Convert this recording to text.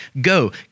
go